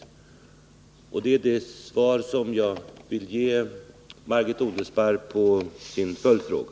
Detta är det svar som jag vill ge Margit Odelsparr på hennes följdfråga.